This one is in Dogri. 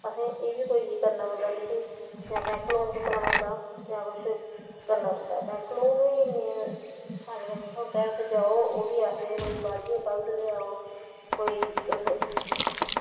असें एह्बी कोई करना पौंदा किश जां बैंक लोन चुक्कना पौंदा जां किश करना पौंदा बैंक लोन ई कोई आसानी कन्नै निं थ्होंदा ओह्बी आखदे कोई बाड़िये दे काकल लेई आओ कोई तुस